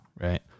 right